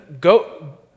go